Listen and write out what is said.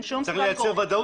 צריכה לייצר ודאות.